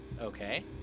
Okay